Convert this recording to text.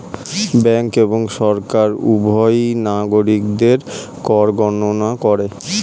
bank এবং সরকার উভয়ই নাগরিকদের কর গণনা করে